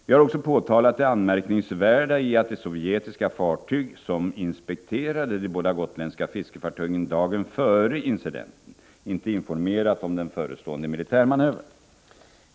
Vi har också påtalat det anmärkningsvärda i att det sovjetiska fartyg som inspekterade de båda gotländska fiskefartygen dagen före incidenten inte informerat om den förestående militärmanövern.